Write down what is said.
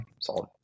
solid